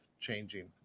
changing